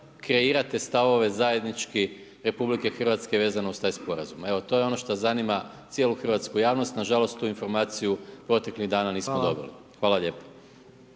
kreirate stavove zajednički RH vezano uz taj sporazum. Evo to je ono što zanima cijelu hrvatsku javnost, nažalost tu informaciju proteklih dana nismo dobili. …/Upadica: Hvala./… Hvala lijepo.